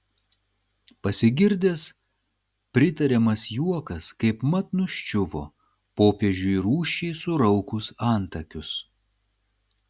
pasigirdęs pritariamas juokas kaipmat nuščiuvo popiežiui rūsčiai suraukus antakius